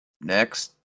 Next